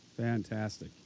Fantastic